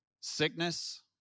sickness